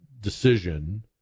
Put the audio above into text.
decision